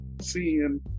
seeing